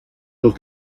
los